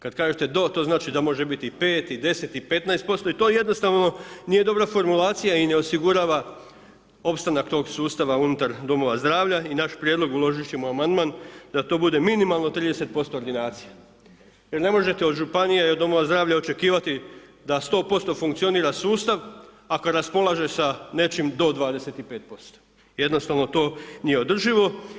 Kad kažete „do“, to znači da može biti i 5 i 10 i 15% i to jednostavno nije dobra formulacija i ne osigurava opstanak tog sustava unutar domova zdravlja i naš prijedlog, uložit ćemo amandman da to bude minimalno 30% ordinacija jer ne možete od županije i od domova zdravlja očekivati da 100% funkcionira sustav ako raspolaže sa nečim do 25%, jednostavno to nije održivo.